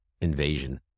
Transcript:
invasion